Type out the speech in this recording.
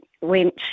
went